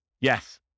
Yes